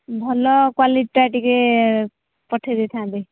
ଭଲ କ୍ଵାଲିଟିଟା ଟିକେ ପଠାଇ ଦେଇଥାନ୍ତେ